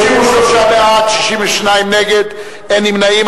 33 בעד, 62 נגד, אין נמנעים.